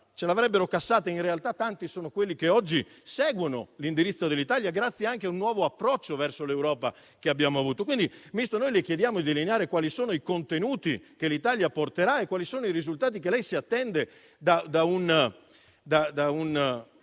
ce l'avrebbero cassata. In realtà, tanti sono quelli che oggi seguono l'indirizzo dell'Italia, grazie anche un nuovo approccio verso l'Europa che abbiamo avuto. Signor Ministro, noi le chiediamo di delineare quali sono i contenuti che l'Italia porterà e quali sono i risultati che lei si attende da un